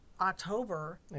October